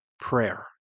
prayer